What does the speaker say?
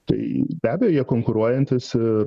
tai be abejo jie konkuruojantys ir